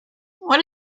what